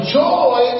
joy